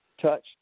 touched